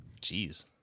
Jeez